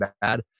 bad